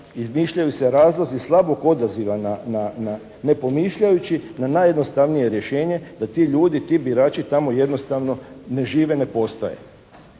izmišljaju se razlozi slabog odaziva ne pomišljajući na najjednostavnije rješenje, da ti ljudi, ti birači tamo jednostavno ne žive, ne postoje.